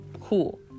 cool